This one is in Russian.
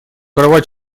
права